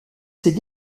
ses